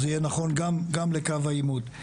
זה יהיה נכון גם לקו העימות.